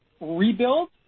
rebuild